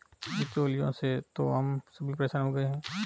बिचौलियों से तो हम सभी परेशान हो गए हैं